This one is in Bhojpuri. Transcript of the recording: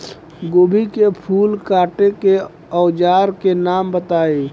गोभी के फूल काटे के औज़ार के नाम बताई?